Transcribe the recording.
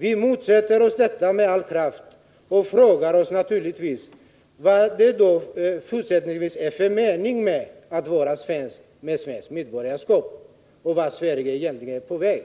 Vi motsätter oss detta med all kraft och frågar oss naturligtvis vad det då fortsättningsvis är för mening med att vara svensk med svenskt medborgarskap och vart Sverige egentligen är på väg.”